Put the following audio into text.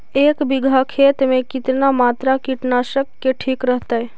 एक बीघा खेत में कितना मात्रा कीटनाशक के ठिक रहतय?